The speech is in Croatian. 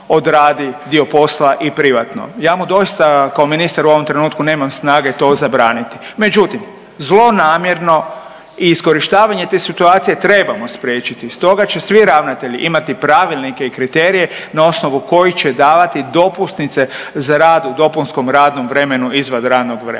odradi dio posla i privatno. Ja mu doista kao ministar u ovom trenutku nemam snage to zabraniti, međutim zlonamjerno i iskorištavanje te situacije trebamo spriječiti. Stoga će svi ravnatelji imati pravilnike i kriterije na osnovu kojih će davati dopusnice za rad u dopunskom radnom vremenu izvan radnog vremena,